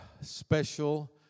special